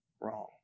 wrong